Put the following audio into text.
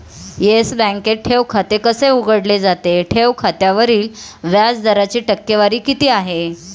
Yes बँकेत ठेव खाते कसे उघडले जाते? ठेव खात्यावरील व्याज दराची टक्केवारी किती आहे?